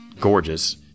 gorgeous